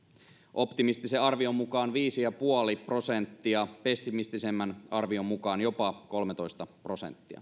optimistisen arvion mukaan viisi ja puoli prosenttia pessimistisemmän arvion mukaan jopa kolmetoista prosenttia